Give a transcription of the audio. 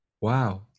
Wow